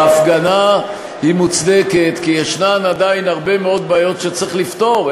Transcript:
ההפגנה מוצדקת כי יש עדיין הרבה מאוד בעיות שצריך לפתור.